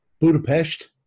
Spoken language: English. Budapest